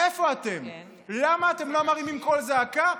איפה אתם, למה אתם לא מרימים קול זעקה?